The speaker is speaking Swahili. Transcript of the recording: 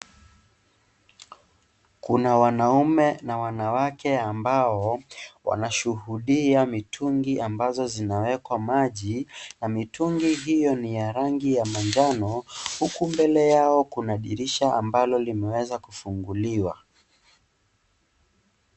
Kuna wanaume na wanawake ambao wanashuhudia mitungi ambazo zinawekwa maji na mitungi hiyo ni ya rangi ya manjano huku mbele yao kuna dirisha ambalo limeweza kufunguliwa.